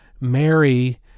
Mary